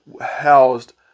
housed